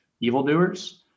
evildoers